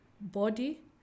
body